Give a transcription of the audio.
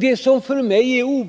Det som för mig är